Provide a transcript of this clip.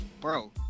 bro